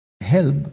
help